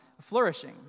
flourishing